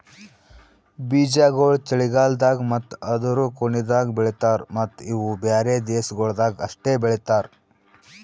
ಬೀಜಾಗೋಳ್ ಚಳಿಗಾಲ್ದಾಗ್ ಮತ್ತ ಅದೂರು ಕೊನಿದಾಗ್ ಬೆಳಿತಾರ್ ಮತ್ತ ಇವು ಬ್ಯಾರೆ ದೇಶಗೊಳ್ದಾಗ್ ಅಷ್ಟೆ ಬೆಳಿತಾರ್